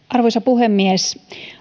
arvoisa puhemies